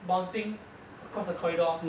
bouncing across the corridor